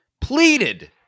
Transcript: Pleaded